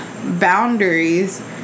Boundaries